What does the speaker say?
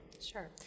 Sure